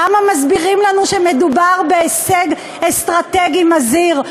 למה מסבירים לנו שמדובר בהישג אסטרטגי מזהיר?